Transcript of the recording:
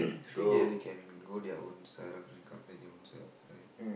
I think they they can go their own company own self right